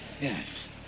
yes